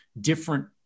different